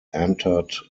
entered